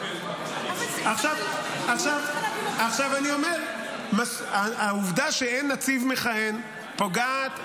אני אומר, העובדה שאין נציב מכהן פוגעת בציבור.